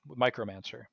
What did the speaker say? Micromancer